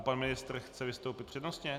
Pan ministr chce vystoupit přednostně?